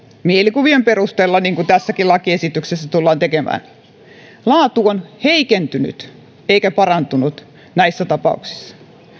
mielikuvien perusteella niin kuin tässäkin lakiesityksessä tullaan tekemään ja laatu on heikentynyt eikä parantunut näissä tapauksissa